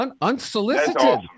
Unsolicited